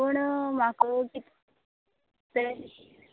पूण म्हाका जायश